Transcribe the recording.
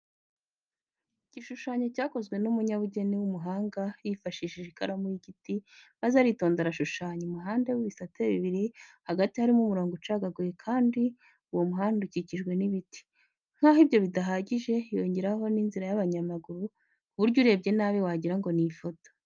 Igishushanyo cyakozwe n'umunyabugeni w'umuhanga yifashishije ikaramu y'igiti maze aritonda ashushanya umuhanda w'ibisate bibiri hagati harimo umurongo ucagaguye kandi uwo muhanda ukikijwe n'ibiti. Nk'aho ibyo bidahagije yongeraho n'inzira y'abanyamaguru ku buryo urebye nabi wagira ngo ni ifoto.